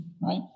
right